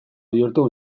bihurtuko